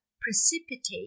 precipitate